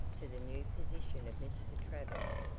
to the new position of mr. travers,